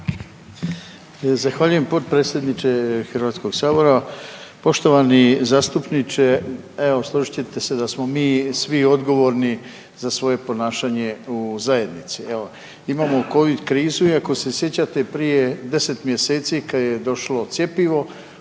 Zahvaljujem potpredsjedniče Hrvatskog sabora. Poštovani zastupniče, evo složit ćete se da smo mi svi odgovorni za svoje ponašanje u zajednici. Imamo covid krizu i ako se sjećate prije 10 mjeseci kada je došlo cjepivo